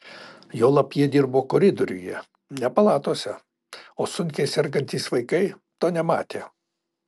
juolab jie dirbo koridoriuje ne palatose o sunkiai sergantys vaikai to nematė